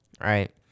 right